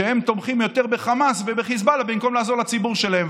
שהם תומכים יותר בחמאס ובחיזבאללה במקום לעזור לציבור שלהם.